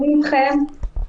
אני אתכם.